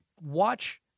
watch